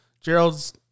Gerald's